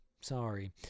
Sorry